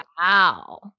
wow